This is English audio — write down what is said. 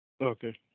Okay